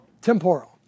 Temporal